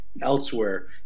elsewhere